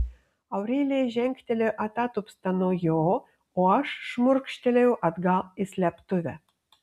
aurelija žengtelėjo atatupsta nuo jo o aš šmurkštelėjau atgal į slėptuvę